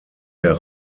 der